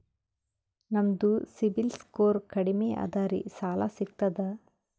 ನಮ್ದು ಸಿಬಿಲ್ ಸ್ಕೋರ್ ಕಡಿಮಿ ಅದರಿ ಸಾಲಾ ಸಿಗ್ತದ?